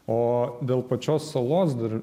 o dėl pačios salos dar